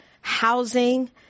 housing